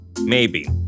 Maybe